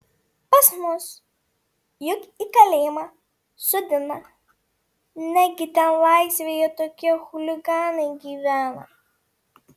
pas mus juk į kalėjimą sodina negi ten laisvėje tokie chuliganai gyvena